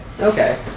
Okay